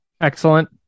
excellent